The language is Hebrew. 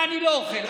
מה אני לא אוכל.